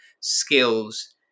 skills